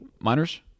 miners